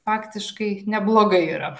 faktiškai neblogai yra